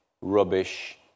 rubbish